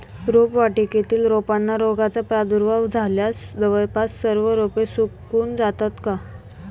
रोपवाटिकेतील रोपांना रोगाचा प्रादुर्भाव झाल्यास जवळपास सर्व रोपे सुकून जातात का?